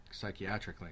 psychiatrically